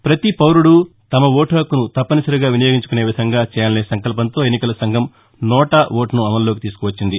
ప్రపతీ పౌరుడు తమ ఓటు హక్కును తప్పనిసరిగా వినియోగించుకునే విధంగా చేయాలనే సంకల్పంతో ఎన్నికల సంఘం నోటా ఓటును అమల్లోకి తీసుకువచ్చింది